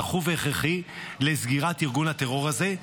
דחוף והכרחי לסגירת ארגון הטרור הזה,